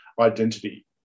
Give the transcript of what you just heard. identity